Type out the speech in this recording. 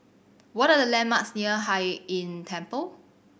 what are the landmarks near Hai Inn Temple